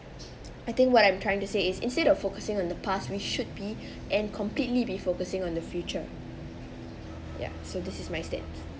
I think what I'm trying to say is instead of focusing on the past we should be and completely be focusing on the future ya so this is my stance